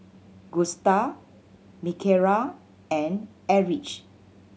Gusta Mikayla and Erich